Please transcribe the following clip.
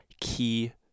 key